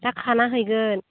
दा खाना हैगोन